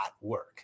work